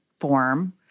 form